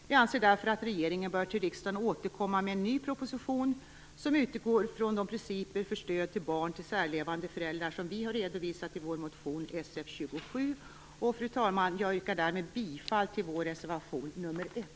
Jag anser därför att regeringen bör återkomma till riksdagen med en ny proposition som utgår från de principer för stöd till barn till särlevande föräldrar som vi har redovisat i vår motion Sf27. Fru talman! Jag yrkar därmed bifall till vår reservation nr 1.